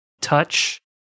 touch